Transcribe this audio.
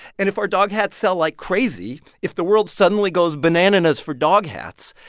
and if our dog hats sell like crazy, if the world suddenly goes bananas for dog hats,